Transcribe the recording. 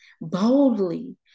boldly